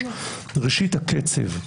ראשית, הקצב.